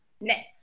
Next